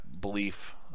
belief